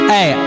Hey